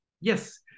Yes